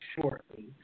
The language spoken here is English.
shortly